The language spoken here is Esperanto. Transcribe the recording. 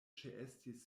ĉeestis